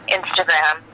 Instagram